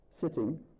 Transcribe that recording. sitting